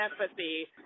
empathy